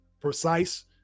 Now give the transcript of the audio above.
precise